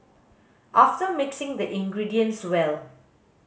after mixing the ingredients well